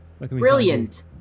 Brilliant